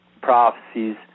prophecies